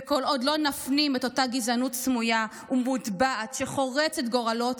וכל עוד לא נפנים את אותה גזענות סמויה ומוטבעת שחורצת גורלות,